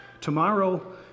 Tomorrow